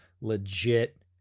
legit